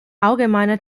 allgemeine